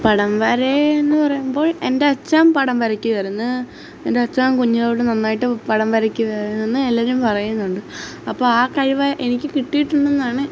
പടം വര എന്ന് പറയുമ്പോൾ എന്റച്ഛന് പടം വരയ്ക്കുവായിരുന്നു എന്റച്ഛന് കുഞ്ഞിലേ തൊട്ട് നന്നായിട്ട് പടം വരയ്ക്കുവായിരുന്നെന്ന് എല്ലാവരും പറയുന്നുണ്ട് അപ്പൊ ആ കഴിവ് എനിക്ക് കിട്ടിയിട്ടുണ്ടെന്നാണ്